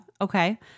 Okay